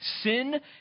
sin